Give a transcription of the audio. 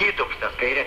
įtūpstas kairėn